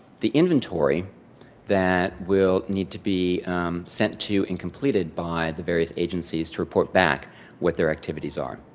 the inventory that will need to be sent to and completed by the various agencies to report back what their activities are.